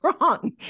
wrong